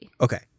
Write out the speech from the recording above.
Okay